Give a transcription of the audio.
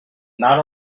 not